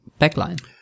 backline